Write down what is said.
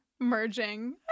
merging